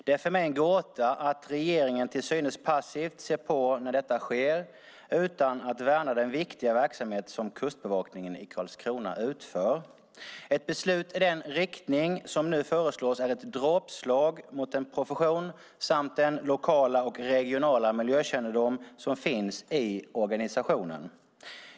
Det är för mig en gåta att regeringen, till synes passivt, ser på när detta sker utan att värna den viktiga verksamhet som Kustbevakningen i Karlskrona utför. Ett beslut i den riktning som nu föreslås är ett dråpslag mot den profession samt den lokala och regionala miljökännedom som finns i organisationen.